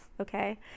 Okay